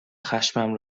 خشمم